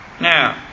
Now